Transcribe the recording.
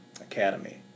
Academy